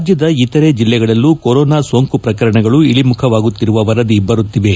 ರಾಜ್ಲದ ಇತರೆ ಜಿಲ್ಲೆಗಳಲ್ಲೂ ಕೊರೊನಾ ಸೋಂಕು ಪ್ರಕರಣಗಳು ಇಳಿಮುಖವಾಗುತ್ತಿರುವ ವರದಿ ಬರುತ್ತಿವೆ